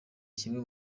kimwe